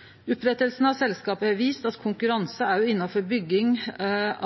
av vegselskapet Nye Vegar AS, som har vore ein stor suksess. Opprettinga av selskapet har vist at konkurranse også innanfor bygging